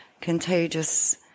contagious